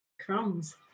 Crumbs